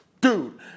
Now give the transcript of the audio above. Dude